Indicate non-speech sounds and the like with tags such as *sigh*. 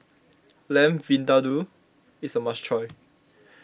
Lamb Vindaloo is a must try *noise*